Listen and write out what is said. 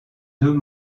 deux